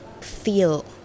feel